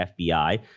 fbi